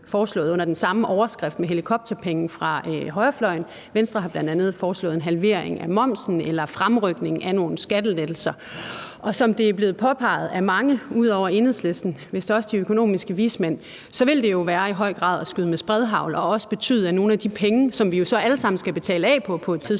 under den samme overskrift med helikopterpenge fra højrefløjen. Venstre har bl.a. foreslået en halvering af momsen eller fremrykning af nogle skattelettelser. Og som det er blevet påpeget af mange ud over Enhedslisten, vist også de økonomiske vismænd, så vil det jo i høj grad være at skyde med spredehagl, og det vil også betyde, at nogle af de penge, som vi alle sammen skal betale af på